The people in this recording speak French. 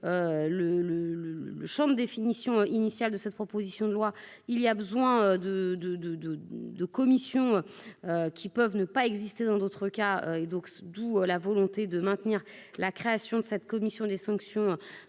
le le le le définition initiale de cette proposition de loi, il y a besoin de, de, de, de, de commissions qui peuvent ne pas exister dans d'autres cas, et donc d'où la volonté de maintenir la création de cette commission des sanctions